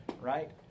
right